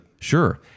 sure